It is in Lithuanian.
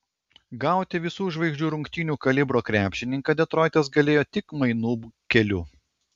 gauti visų žvaigždžių rungtynių kalibro krepšininką detroitas galėjo tik mainų keliu